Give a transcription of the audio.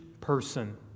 person